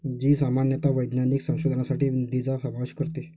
जी सामान्यतः वैज्ञानिक संशोधनासाठी निधीचा समावेश करते